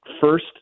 first